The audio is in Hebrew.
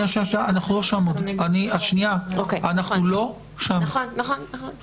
אנחנו נגמור את